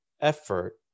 effort